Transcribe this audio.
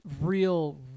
real